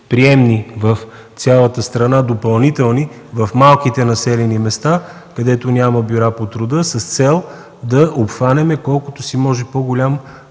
приемни в цялата страна – в малките населени места, където няма бюра по труда, с цел да обхванем колкото се може по-голям